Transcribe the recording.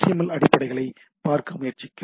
L அடிப்படைகளை பார்க்க முயற்சிக்கிறோம்